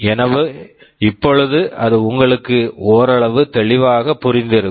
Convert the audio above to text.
எனவே இப்பொழுது அது உங்களுக்கு ஓரளவு தெளிவாக புரிந்து இருக்கும்